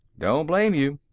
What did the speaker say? don't blame you,